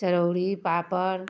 चरौरी पापड़